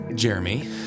Jeremy